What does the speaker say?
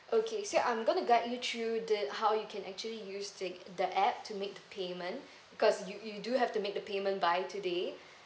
okay so I'm going to guide you through this how you can actually use the~ the app to make the payment cause you~ you do have to make the payment by today